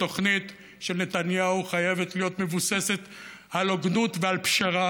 התוכנית של נתניהו חייבת להיות מבוססת על הוגנות ועל פשרה,